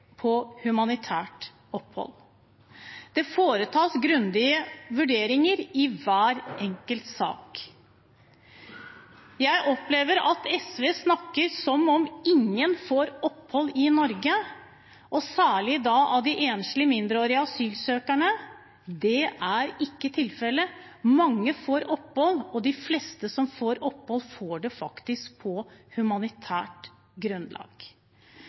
på humanitært grunnlag. Det foretas grundige vurderinger i hver enkelt sak. Jeg opplever at SV snakker som om ingen får opphold i Norge, og da særlig av de enslige mindreårige asylsøkerne. Det er ikke tilfellet. Mange får opphold, og de fleste som får opphold, får det faktisk på humanitært grunnlag.